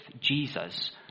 Jesus